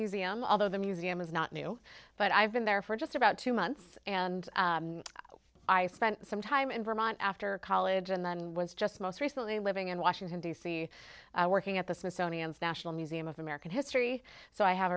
museum although the museum is not new but i've been there for just about two months and i spent some time in vermont after college and then was just most recently living in washington d c working at the smithsonian's national museum of american history so i have